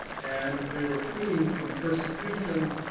and they were fleeing from persecution